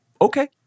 Okay